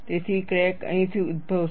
તેથી ક્રેક અહીંથી ઉદ્ભવશે